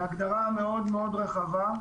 זו הגדרה מאוד מאוד רחבה,